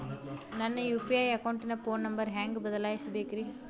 ನನ್ನ ಯು.ಪಿ.ಐ ಅಕೌಂಟಿನ phone number ಹೆಂಗ್ ಬದಲಾಯಿಸ ಬೇಕ್ರಿ?